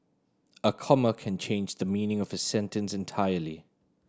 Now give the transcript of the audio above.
a comma can change the meaning of a sentence entirely